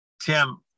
Tim